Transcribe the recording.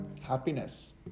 happiness